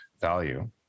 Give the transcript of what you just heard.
value